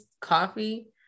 coffee